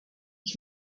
ich